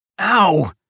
Ow